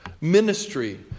ministry